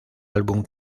álbum